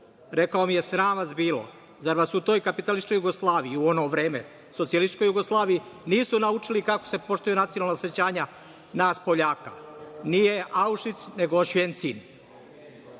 rekao mi je – sram vas bilo. Zar vas u toj kapitalističkoj Jugoslaviji, u ono vreme socijalističkoj Jugoslaviji nisu naučili kako se poštuju nacionalna osećanja nas Poljaka, nije Aušvic nego Osvencin. Prema